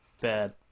bad